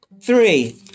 three